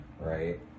right